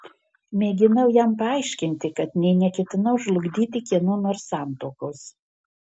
mėginau jam paaiškinti kad nė neketinau žlugdyti kieno nors santuokos